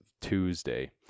Tuesday